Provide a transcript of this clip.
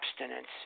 abstinence